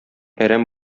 әрәм